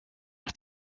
are